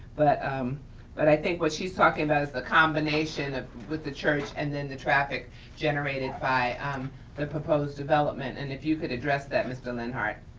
but um but i think what she's talking about is the combination ah with the church and then the traffic generated by um the proposed development. and if you could address that, mr. lenhart.